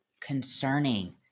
concerning